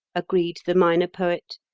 agreed the minor poet,